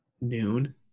noon